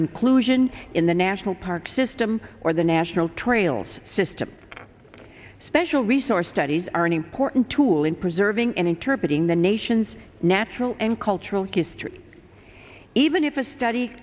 inclusion in the national park system or the national trails system special resource studies are an important tool in preserving and interpret in the nation's natural and cultural history even if a study